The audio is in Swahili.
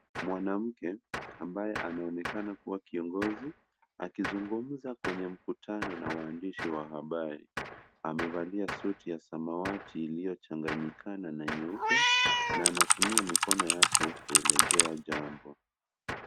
Mwanamme ambaye anaonekana kubwa kiongozi, akizungumza kwenye mkutano na waandishi wa habari. Amevalia suti ya samawati iliyochanganyikana na nyeupe, na anatumia mikono yake kuelezea jambo.